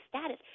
status